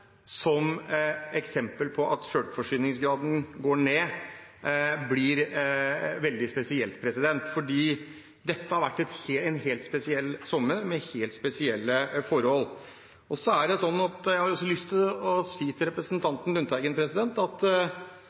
som eksempel på at selvforsyningen går ned, blir veldig spesielt, fordi dette har vært en helt spesiell sommer, med helt spesielle forhold. Jeg har lyst til å si til representanten Lundteigen at vi skal gjøre en ny vurdering av beredskapslager for matkorn i forbindelse med at